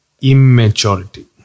immaturity